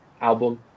album